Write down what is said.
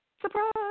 Surprise